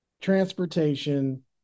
transportation